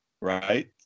right